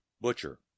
butcher